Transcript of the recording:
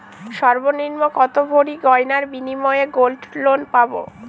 সর্বনিম্ন কত ভরি গয়নার বিনিময়ে গোল্ড লোন পাব?